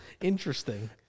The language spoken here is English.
interesting